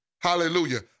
Hallelujah